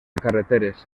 carreteres